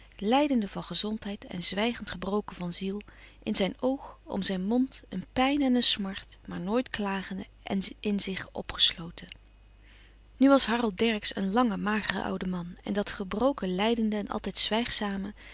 lijdende van gezondheid en zwijgend gebroken van ziel in zijn oog om zijn mond een pijn en een smart maar nooit klagende en in zich opgesloten nu was harold dercksz een lange magere oude man en dat gebroken lijdende en altijd zwijgzame